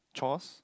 chores